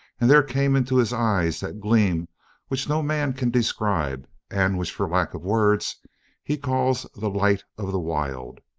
and there came into his eyes that gleam which no man can describe and which for lack of words he calls the light of the wild.